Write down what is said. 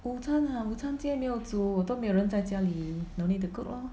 午餐 ah 午餐今天没有煮都没有人在家里 no need to cook lor